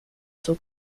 zur